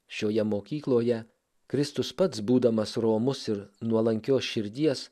šioje mokykloje kristus pats būdamas romus ir nuolankios širdies